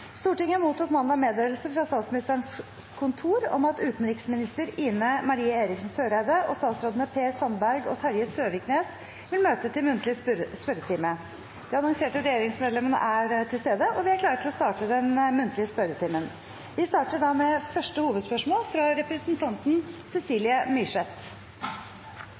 Stortinget mottok mandag meddelelse fra Statsministerens kontor om at utenriksminister Ine M. Eriksen Søreide og statsrådene Per Sandberg og Terje Søviknes vil møte til muntlig spørretime. De annonserte regjeringsmedlemmene er til stede, og vi er klare til å starte den muntlige spørretimen. Vi starter med første hovedspørsmål, fra representanten Cecilie Myrseth.